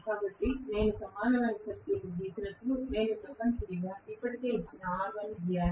కాబట్టి నేను సమానమైన సర్క్యూట్ను గీసినప్పుడు నేను తప్పనిసరిగా ఇప్పటికే ఇచ్చిన R1 ను గీయాలి